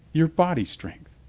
your body strength.